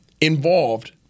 involved